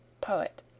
Poet